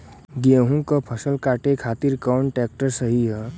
गेहूँक फसल कांटे खातिर कौन ट्रैक्टर सही ह?